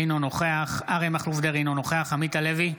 אינו נוכח אריה מכלוף דרעי, אינו נוכח עמית הלוי,